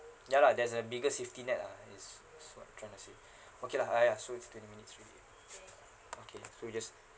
ya lah there's a bigger safety net lah it's what I'm trying to say okay lah !aiya! so it's twenty minutes already okay so we just